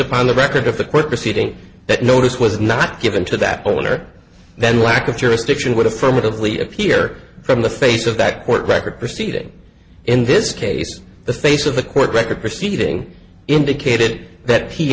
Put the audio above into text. upon the record of the court proceeding that notice was not given to that owner then lack of jurisdiction would affirmatively appear from the face of that court record proceeding in this case the face of the court record proceeding indicated that p